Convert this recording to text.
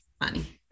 money